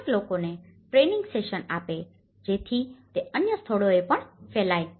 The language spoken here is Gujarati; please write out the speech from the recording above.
સ્થાનિક લોકોને ટ્રેનીંગ સેસન આપે જેથી તે અન્ય સ્થળોએ પણ ફેલાય